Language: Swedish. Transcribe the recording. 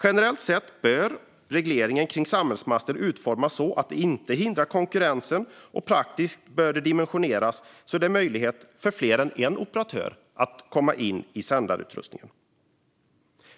Generellt sett bör regleringen för samhällsmaster utformas så att den inte hindrar konkurrensen, och praktiskt bör masterna dimensioneras så att det är möjligt för fler än en operatör att komma in i sändarutrustningen.